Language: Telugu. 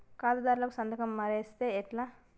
ఖాతాదారుల సంతకం మరిస్తే ఎట్లా?